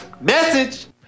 Message